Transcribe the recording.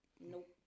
Nope